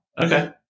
Okay